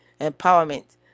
empowerment